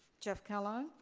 jeff kellogg.